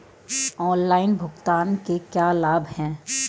Online भुगतान के क्या लाभ हैं?